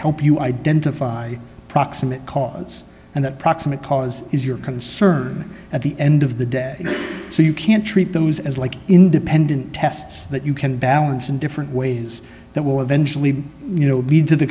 help you identify proximate cause and that proximate cause is your concern at the end of the day so you can't treat those as like independent tests that you can balance in different ways that will eventually you know need to the